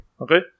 Okay